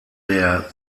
der